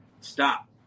Stop